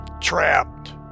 Trapped